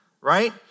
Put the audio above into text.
right